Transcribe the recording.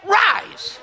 rise